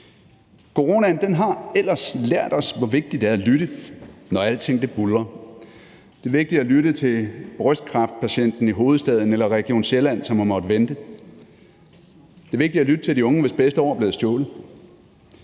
Coronaen har ellers lært os, hvor vigtigt det er at lytte, når alting buldrer. Det er vigtigt at lytte til brystkræftpatienten i hovedstaden eller Region Sjælland, som har måttet vente. Det er vigtigt at lytte til de unge, hvis bedste år er blevet stjålet.